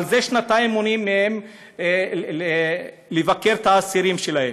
ועל זה שנתיים מונעים מהם לבקר את האסירים שלהם.